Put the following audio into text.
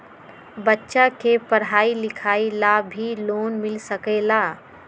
बच्चा के पढ़ाई लिखाई ला भी लोन मिल सकेला?